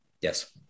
Yes